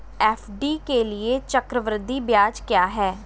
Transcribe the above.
FD के लिए चक्रवृद्धि ब्याज क्या है?